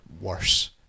worse